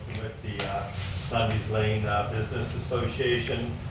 the lundy's lane business association.